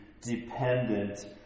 dependent